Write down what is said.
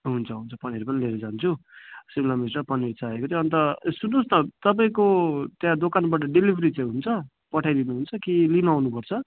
हुन्छ हुन्छ पनिर पनि लिएर जान्छु सिमला मिर्च र पनिर चाहिएको त्यो अन्त सुन्नुहोस् न तपाईँको त्यहाँ दोकानबाट डेलिभरी चाहिँ हुन्छ पठाइदिनु हुन्छ कि लिन आउनुपर्छ